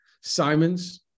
Simons